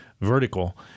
vertical